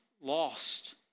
lost